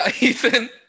Ethan